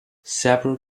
several